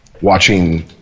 watching